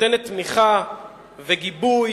נותנת תמיכה וגיבוי